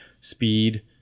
speed